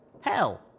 Hell